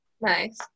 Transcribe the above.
Nice